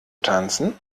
tanzen